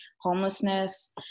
homelessness